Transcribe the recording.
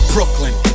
Brooklyn